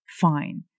Fine